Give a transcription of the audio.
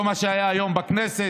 לא מה שהיה היום בכנסת.